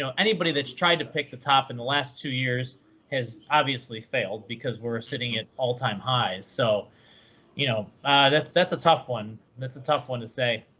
so anybody that's tried to pick the top in the last two years has obviously failed. because we're sitting at all time highs. so you know that's that's a tough one. that's a tough one to say.